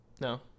No